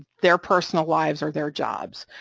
their personal lives or their jobs,